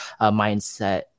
mindset